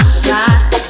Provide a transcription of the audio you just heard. side